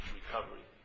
recovery